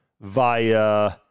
via